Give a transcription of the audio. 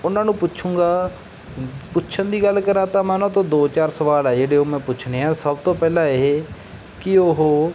ਉਹਨਾਂ ਨੂੰ ਪੁੱਛੇਗਾ ਪੁੱਛਣ ਦੀ ਗੱਲ ਕਰਾਂ ਤਾਂ ਮੈਂ ਉਹਨਾਂ ਤੋਂ ਦੋ ਚਾਰ ਸਵਾਲ ਆ ਜਿਹੜੇ ਉਹ ਮੈਂ ਪੁੱਛਣੇ ਆ ਸਭ ਤੋਂ ਪਹਿਲਾਂ ਇਹ ਕਿ ਉਹ